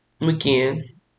again